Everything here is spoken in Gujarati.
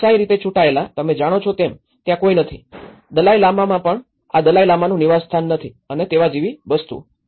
લોકશાહી રીતે ચૂંટાયેલા તમે જાણો છો તેમ ત્યાં કોઈ નથી દલાઈ લામામાં પણ આ દલાઈ લામાનું નિવાસ નથી અને તે જેવી વસ્તુઓ